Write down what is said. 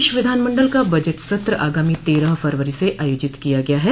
प्रदेश विधानमंडल का बजट सत्र आगामी तेरह फरवरी से आयोजित किया गया है